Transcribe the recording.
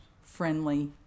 friendly